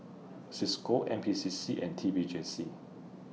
CISCO N P C C and T P J C